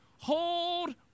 hold